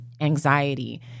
anxiety